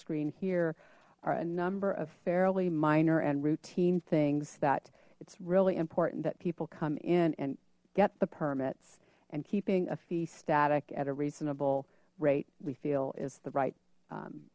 screen here are a number of fairly minor and routine things that it's really important that people come in and get the permits and keeping a fee static at a reasonable rate we feel is the right